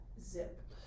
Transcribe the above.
zip